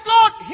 Lord